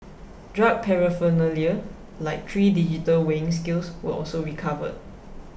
drug paraphernalia like three digital weighing scales were also recovered